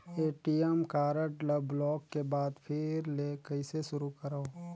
ATM card ल block के बाद फिर ले कइसे शुरू करव?